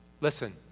Listen